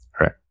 Right